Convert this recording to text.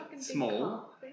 Small